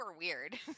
weird